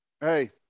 hey